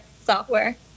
software